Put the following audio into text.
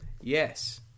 Yes